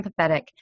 empathetic